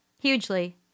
Hugely